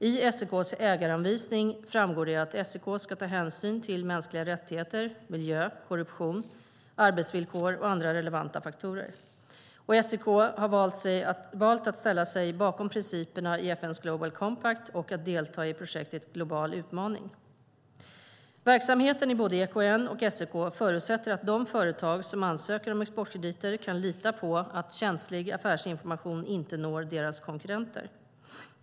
I SEK:s ägaranvisning framgår det att SEK ska ta hänsyn till mänskliga rättigheter, miljö, korruption, arbetsvillkor och andra relevanta faktorer. SEK har valt att ställa sig bakom principerna i FN:s Global Compact och att delta i projektet Global utmaning. Verksamheten i både EKN och SEK förutsätter att de företag som ansöker om exportkrediter kan lita på att känslig affärsinformation inte når deras konkurrenter.